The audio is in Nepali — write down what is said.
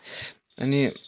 अनि